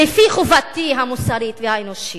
לפי חובתי המוסרית והאנושית,